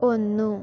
ഒന്നു